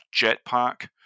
Jetpack